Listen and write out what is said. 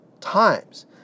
times